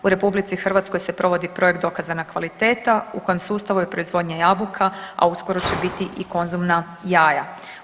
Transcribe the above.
U RH se provoditi Projekt Dokazana kvaliteta u kojem sustavu je proizvodnja jabuka, a uskoro će biti i konzumna jaja.